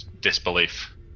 disbelief